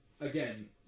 again